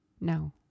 No